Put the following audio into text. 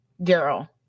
Daryl